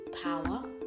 power